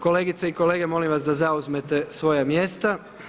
Kolegice i kolege molim vas da zauzmete svoja mjesta.